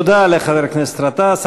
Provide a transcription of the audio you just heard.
תודה לחבר הכנסת גטאס.